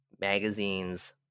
magazines